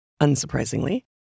unsurprisingly